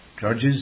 Judges